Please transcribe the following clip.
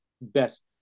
best